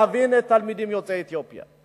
להבין תלמידים יוצאי אתיופיה.